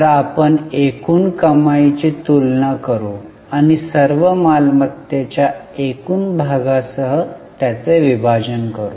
तर आपण एकूण कमाईची तुलना करू आणि सर्व मालमत्त्तेच्या एकूण भागासह त्याचे विभाजन करू